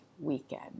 Weekend